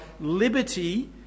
liberty